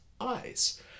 eyes